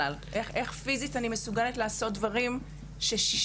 איך פיזית אני מסוגלת לעזות דברים ששה